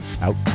Out